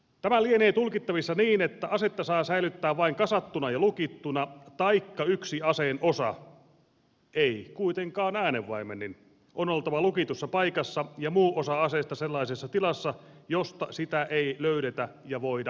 tämä lienee tulkittavissa niin että asetta saa säilyttää vain kasattuna ja lukittuna taikka yhden aseen osan ei kuitenkaan äänenvaimentimen on oltava lukitussa paikassa ja muun osan aseesta sellaisessa tilassa josta sitä ei löydetä ja voida anastaa